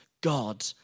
God